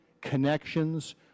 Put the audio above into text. connections